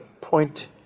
point